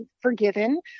forgiven